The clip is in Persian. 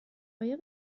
آیا